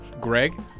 Greg